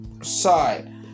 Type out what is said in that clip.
side